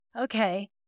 okay